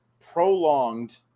prolonged